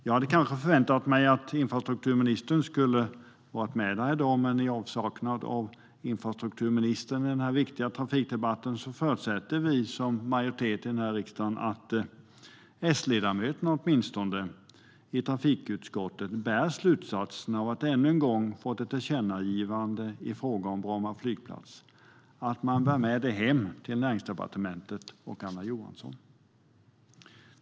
Jag hade kanske väntat mig att infrastrukturministern skulle ha varit med den här dagen. I infrastrukturministerns frånvaro i den här riksdagsdebatten förutsätter vi som är i majoritet att S-ledamöterna i trafikutskottet bär med sig hem till Anna Johansson och Näringsdepartementet att man ännu en gång har fått ett tillkännagivande i frågan om Bromma flygplats.